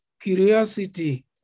Curiosity